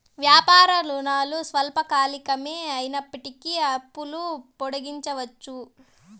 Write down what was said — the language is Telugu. వ్యాపార రుణాలు స్వల్పకాలికమే అయినప్పటికీ అప్పులు పొడిగించవచ్చు